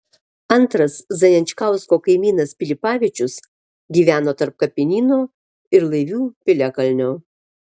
antras zajančkausko kaimynas pilipavičius gyveno tarp kapinyno ir laivių piliakalnio